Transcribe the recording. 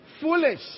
foolish